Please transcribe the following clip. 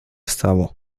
stało